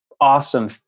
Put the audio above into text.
awesome